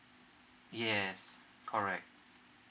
yes correct